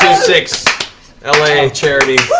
six la charity.